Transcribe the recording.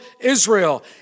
Israel